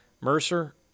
Mercer